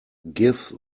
give